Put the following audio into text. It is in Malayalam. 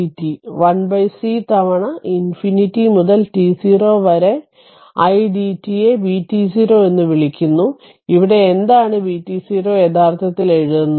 1c തവണ ഇൻഫിനിറ്റിമുതൽ t0 വരെ idt യെ vt0 എന്ന് വിളിക്കുന്നു ഇവിടെ എന്താണ് vt0 യഥാർത്ഥത്തിൽ എഴുതുന്നത്